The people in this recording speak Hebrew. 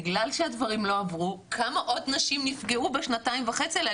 בגלל שהדברים לא עברו כמה עוד נשים נפגעו בשנתיים וחצי האלה?